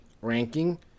ranking